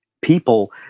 People